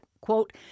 Quote